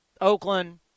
Oakland